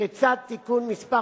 כיצד תיקון מס'